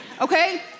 okay